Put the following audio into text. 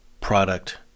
product